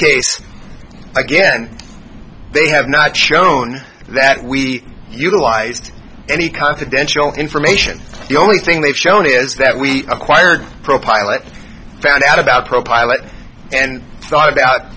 case again they have not shown that we utilized any confidential information the only thing they've shown is that we acquired pro pilots found out about pro pilot and thought about